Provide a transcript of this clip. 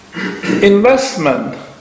investment